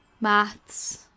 maths